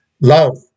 love